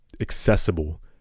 accessible